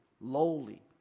lowly